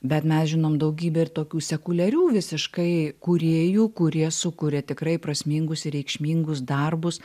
bet mes žinom daugybę ir tokių sekuliarių visiškai kūrėjų kurie sukuria tikrai prasmingus ir reikšmingus darbus